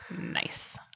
Nice